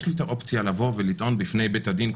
יש לי את האופציה לטעון בפני בית הדין,